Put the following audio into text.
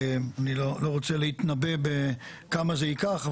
אני לא רוצה להתנבא כמה זה ייקח,